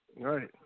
Right